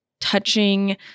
touching